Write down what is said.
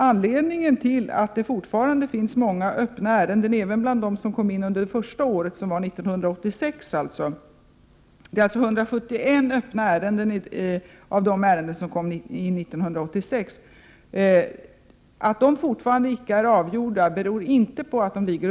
Anledningen till att det fortfarande finns många öppna ärenden även bland dem som kom in det första året, 1986, är att de väntar på ett avgörande. 171 av de ärenden som kom in 1986 ligger fortfarande öppna. De är fortfarande under utredning.